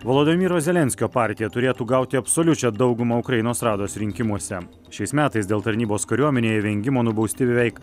volodymyro zelenskio partija turėtų gauti absoliučią daugumą ukrainos rados rinkimuose šiais metais dėl tarnybos kariuomenėje vengimo nubausti beveik